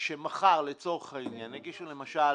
מחר לצורך העניין יגישו למשל